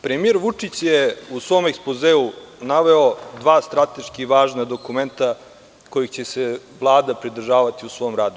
Premijer Vučić je u svom ekspozeu naveo dva strateški važna dokumenta kojih će se Vlada pridržavati u svom radu.